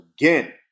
again